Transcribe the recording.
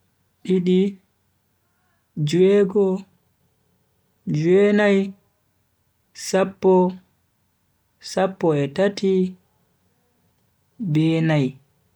Didi, ju'ego, ju'enai, sappo, sappo e tati be nai.